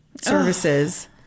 services